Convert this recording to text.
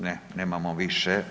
Ne, nemamo više.